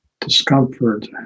discomfort